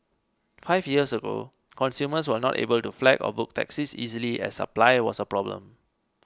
five years ago consumers were not able to flag or book taxis easily as supply was a problem